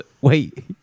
wait